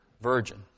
virgin